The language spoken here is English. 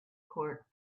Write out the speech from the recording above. court